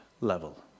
level